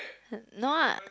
no [what]